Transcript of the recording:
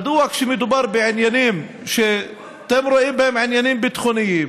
מדוע כשמדובר בעניינים שאתם רואים בהם עניינים ביטחוניים